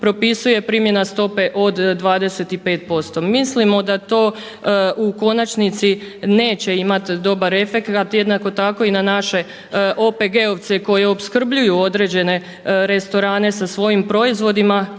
propisuje primjena stope od 25%. mislimo da to u konačnici neće imati dobar efekat jednako tako i na naše OPG-ovce koji opskrbljuju određene restorane sa svojim proizvodima